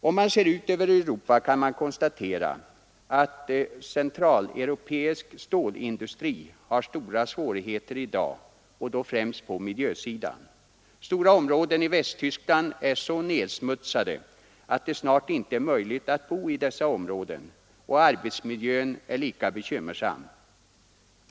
Om man ser ut över Europa kan man konstatera att centraleuropeisk stålindustri har stora svårigheter i dag, och då främst på miljösidan. Stora områden i Västtyskland är så nedsmutsade att det snart inte är möjligt att bo där, och arbetsmiljön är lika bekymmersam.